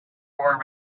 war